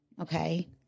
okay